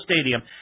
Stadium